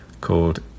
called